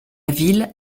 ville